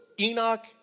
Enoch